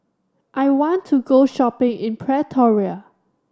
I want to go shopping in Pretoria